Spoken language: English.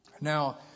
Now